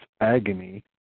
agony